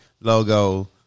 logo